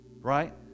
right